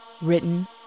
written